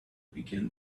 began